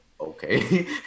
okay